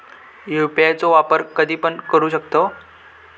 UPI चो वापर कधीपण करू शकतव?